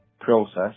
process